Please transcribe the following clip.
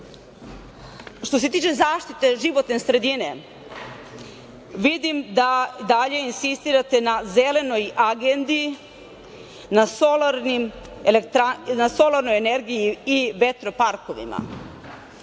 dva. Što se tiče zaštite životne sredine, vidim da dalje insistirate na Zelenoj agendi, na solarnoj energiji i vetroparkovima.